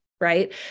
right